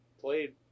played